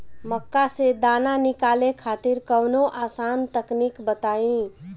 मक्का से दाना निकाले खातिर कवनो आसान तकनीक बताईं?